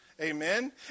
Amen